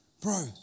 bro